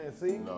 see